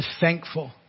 thankful